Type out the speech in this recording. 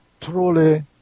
truly